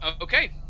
okay